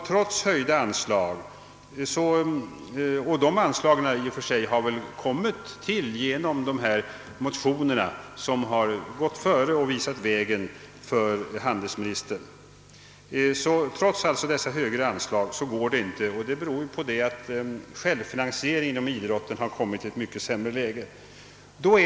Trots höjda anslag — och de anslagen har väl kommit till tack vare de motioner som har visat vägen för handelsministern — går inte det hela ihop, kanske beroende på att självfinansieringen inom idrotten blivit så mycket sämre.